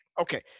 okay